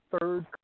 third